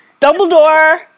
Dumbledore